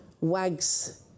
wags